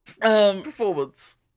Performance